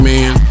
Man